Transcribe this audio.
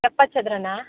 ಎಪ್ಪತ್ತು ಚದರಾನಾ